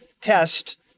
test